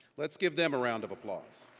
let's give them a round of applause.